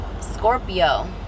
Scorpio